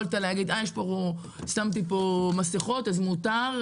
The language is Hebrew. יכולת להגיד: שמתי פה מסכות, אז מותר.